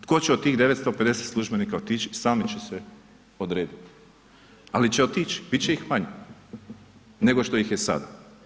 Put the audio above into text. Tko će od tih 950 službenika otići, sami će se odrediti ali će otići, bit će ih manje nego što ih je sad.